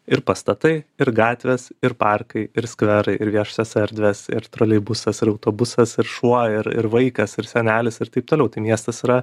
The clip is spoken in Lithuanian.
ir pastatai ir gatvės ir parkai ir skverai ir viešosios erdvės ir troleibusas ir autobusas ir šuo ir ir vaikas ir senelis ir taip toliau tai miestas yra